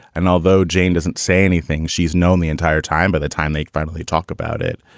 and although jane doesn't say anything, she's known the entire time by the time they finally talk about it.